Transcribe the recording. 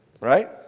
Right